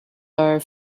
are